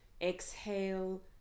Exhale